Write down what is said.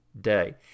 day